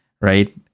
Right